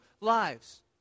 lives